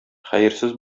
хәерсез